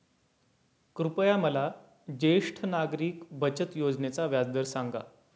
कृपया मला ज्येष्ठ नागरिक बचत योजनेचा व्याजदर सांगा